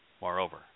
Moreover